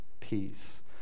peace